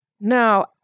No